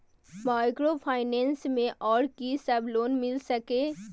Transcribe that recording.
Microfinance मे आर की सब लोन मिल सके ये?